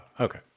okay